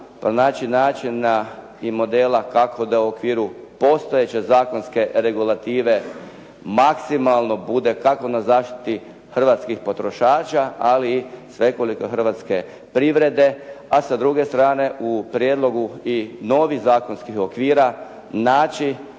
pronaći načina i modela kako da u okviru postojeće zakonske regulative maksimalno bude tako na zaštiti hrvatskih potrošača, ali i svekolike hrvatske privrede, a sa druge strane u prijedlogu i novih zakonskih okvira naći